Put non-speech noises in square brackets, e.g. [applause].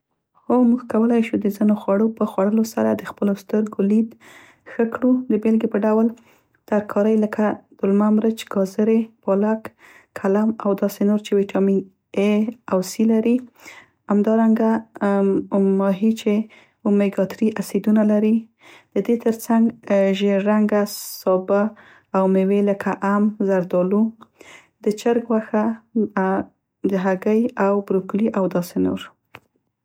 هو، موږ کولای شو د ځینو خوړو په خوړلو سره د خپلو سترګو لید ښه کړو. [hesitation] د بیلګې په ډول ترکارۍ لکه دولمه مرچ، ګازرې، پالک، کلم او داسې نور چې ویتامین اې او سي لري. همدارنګه ماهي چې امیګا تري اسیدونه لري. [hesitation] سابه او میوې لکه ام او زردالو، د چرګ غوښه [hesitation] د دې ترڅنګ ژیړ رنګه هګۍ او بروکلي او داسې نور.